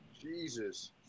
Jesus